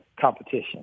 competition